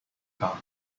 car